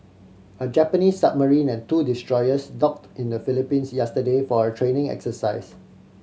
a Japanese submarine and two destroyers docked in the Philippines yesterday for a training exercise